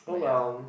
oh well